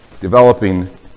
developing